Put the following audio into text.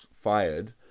fired